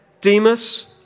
Demas